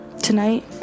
tonight